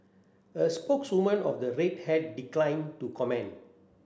a spokeswoman of the Red Hat declined to comment